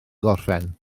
gorffen